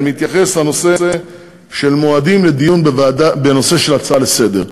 הנושא השני מתייחס למועדים לדיון בוועדה בנושא של הצעה לסדר-היום.